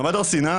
במעמד הר סיני,